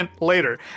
later